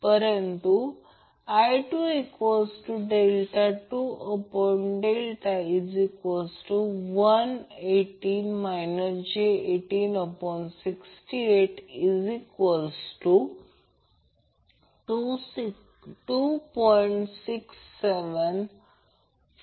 परंतु I2∆2∆180 j80682